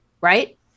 right